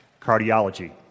cardiology